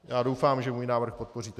Já doufám, že můj návrh podpoříte.